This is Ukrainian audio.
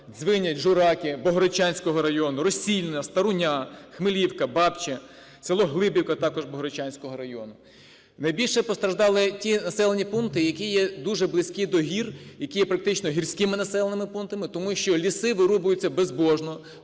Дзвиняч, Жураки Богородчанського району, Росільна, Старуня, Хмелівка, Бабче, село Глибівка також Богородчанського району. Найбільше постраждали ті населені пункти, які є дуже близькі до гір, які є практично гірськими населеними пунктами, тому що ліси вирубуються безбожно,